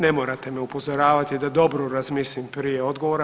Ne morate me upozoravati da dobro razmislim prije odgovora.